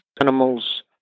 animals